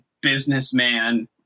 businessman